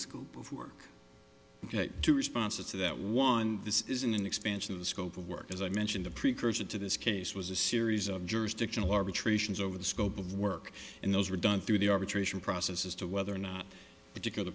scope of work two responses to that one this is an expansion of the scope of work as i mentioned the precursor to this case was a series of jurisdictional arbitrations over the scope of work and those were done through the arbitration process as to whether or not particular